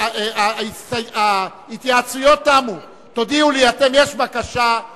תמו ההסתייגויות לסעיף 1 ולשם החוק.